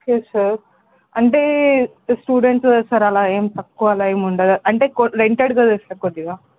okay sir అంటే students కదా sir అలా తక్కువ అలా ఏమి ఉండదా అంటే రెంటెడ్ కదా సార్ కొద్దిగా